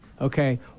okay